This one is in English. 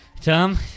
Tom